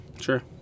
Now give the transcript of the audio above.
Sure